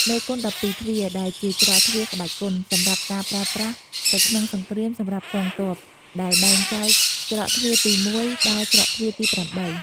មេគុន ១២ទ្វារ ដែលជាច្រកទ្វារក្បាច់គុន សម្រាប់ការប្រើប្រាសទៅក្នុងសង្គ្រាមសម្រាប់កងទ័ព ដែលបែងចែក ច្រកទ្វារទី១ ដល់ច្រកទ្វារទី៨។